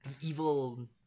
evil